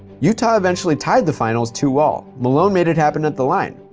utah eventually tied the finals to all. malone made it happen at the line,